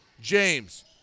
James